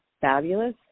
Fabulous